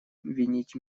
винить